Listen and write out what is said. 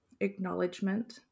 acknowledgement